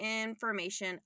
information